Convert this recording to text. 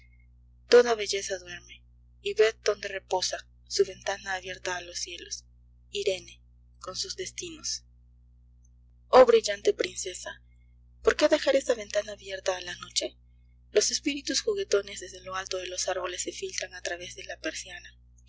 toda belleza duerme y ved donde reposa su ventana abierta a los cielos irene con sus destinos oh brillante princesa por qué dejar esa ventana abierta a la noche los espíritus juguetones desde lo alto de los árboles se filtran a través de la persiana